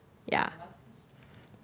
ya